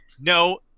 No